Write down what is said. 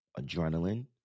adrenaline